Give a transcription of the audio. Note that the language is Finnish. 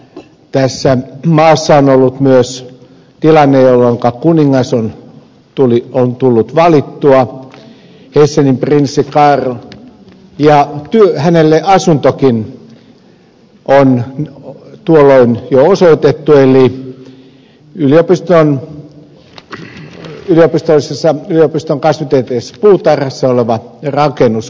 tässä maassa on ollut myös tilanne jolloinka on tullut valittua kuningas hessenin prinssi karl ja tuolloin hänelle oli jo asuntokin osoitettu eli yliopiston kasvitieteellisessä puutarhassa kaisaniemessä oleva rakennus